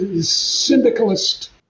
syndicalist